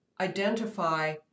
identify